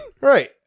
Right